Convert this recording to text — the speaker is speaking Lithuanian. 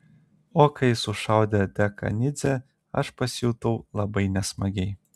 o kai sušaudė dekanidzę aš pasijutau labai nesmagiai